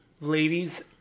ladies